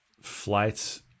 flights